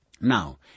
Now